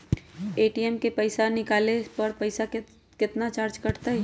ATM से पईसा निकाले पर पईसा केतना चार्ज कटतई?